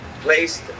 placed